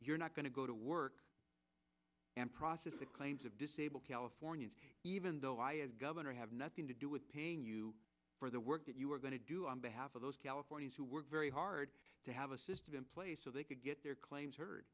you're not going to go to work and process the claims of disabled californians even though i had governor have nothing to do with paying you for the work that you were going to do on behalf of those californians who worked very hard to have a system in place so they could get their claims h